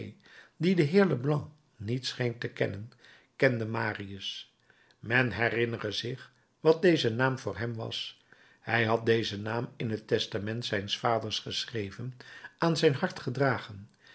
dien de heer leblanc niet scheen te kennen kende marius men herinnere zich wat deze naam voor hem was hij had dezen naam in het testament zijns vaders geschreven aan zijn hart gedragen